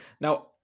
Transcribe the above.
now